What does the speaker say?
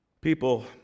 People